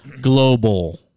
global